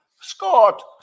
Scott